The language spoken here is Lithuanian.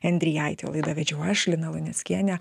endrijaitį o laidą vedžiau aš lina luneckienė